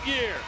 year